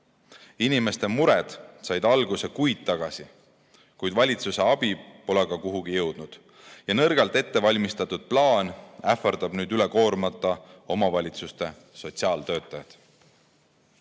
Inimeste mured said alguse kuid tagasi, kuid valitsuse abi pole kuhugi jõudnud ja nõrgalt ettevalmistatud plaan ähvardab nüüd üle koormata omavalitsuste sotsiaaltöötajad.